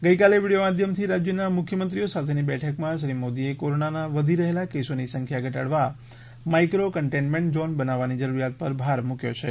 ગઈકાલે વીડિયો માધ્યમથી રાજ્યોના મુખ્યમંત્રીઓ સાથેની બેઠકમાં શ્રી મોદીએ કોરોનાના વધી રહેલા કેસોની સંખ્યા ઘટાડવા માઇક્રો કન્ટેન્ટમેન્ટ ઝોન બનાવવાની જરીરિયાત પર ભાર મૂક્યો છે